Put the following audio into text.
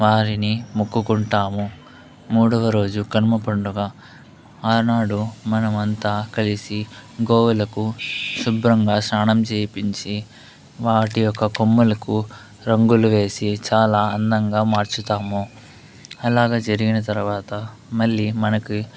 వారిని మొక్కుకుంటాము మూడవరోజు కనుమ పండుగ ఆనాడు మనమంతా కలిసి గోవులకు శుభ్రంగా స్నానం చేయించి వాటి యొక్క కొమ్ములకు రంగులు వేసి చాలా అందంగా మార్చుతాము అలాగ జరిగిన తర్వాత మళ్ళీ మనకి